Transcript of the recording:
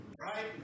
Right